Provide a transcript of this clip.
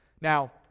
Now